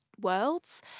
worlds